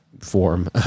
form